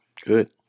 good